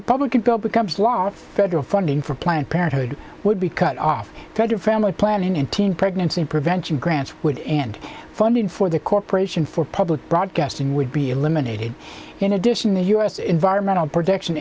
republican goal becomes law or federal funding for planned parenthood would be cut off federal family planning and teen pregnancy prevention grants would and funding for the corporation for public broadcasting would be eliminated in addition the u s environmental protection